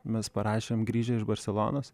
mes parašėm grįžę iš barselonos